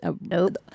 Nope